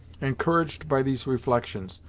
encouraged by these reflections,